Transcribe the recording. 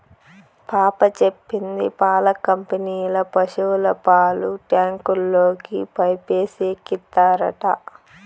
పాప చెప్పింది పాల కంపెనీల పశుల పాలు ట్యాంకుల్లోకి పైపేసి ఎక్కిత్తారట